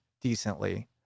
decently